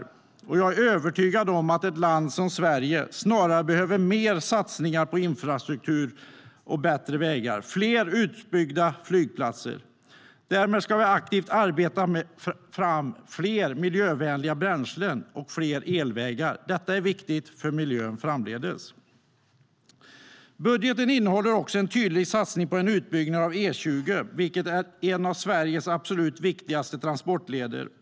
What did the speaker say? Jag är övertygad om att ett land som Sverige snarare behöver mer satsningar på infrastruktur med bättre vägar och fler utbyggda flygplatser. Budgeten innehåller också en tydlig satsning på en utbyggnad av E20, vilket är en av Sveriges absolut viktigaste transportleder.